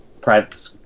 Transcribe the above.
private